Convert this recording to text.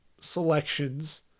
selections